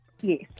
Yes